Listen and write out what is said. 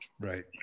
Right